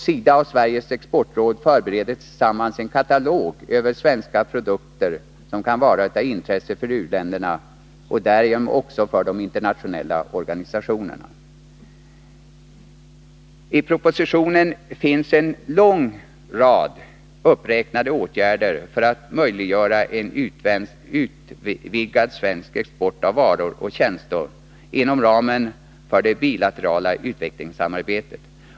SIDA och Sveriges exportråd förbereder tillsammans en katalog över svenska produkter som kan vara av intresse för u-länderna och därigenom också för de internationella organisationerna. I propositionen finns en lång uppräkning av åtgärder för att möjliggöra en utvidgad svensk export av varor och tjänster inom ramen för det bilaterala utvecklingssamarbetet.